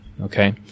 Okay